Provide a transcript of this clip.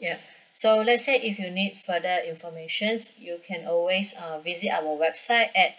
yeah so let's say if you need further information you can always uh visit our website at